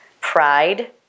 pride